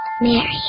Mary